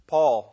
Paul